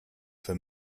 for